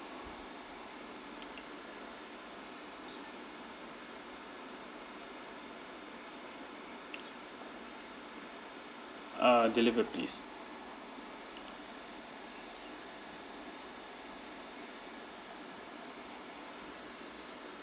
uh delivered please